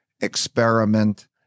experiment